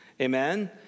Amen